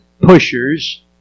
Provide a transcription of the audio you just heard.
pushers